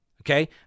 okay